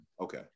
okay